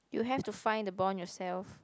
you have to find the bond yourself